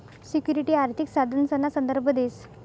security आर्थिक साधनसना संदर्भ देस